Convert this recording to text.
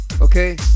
Okay